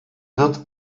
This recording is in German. wird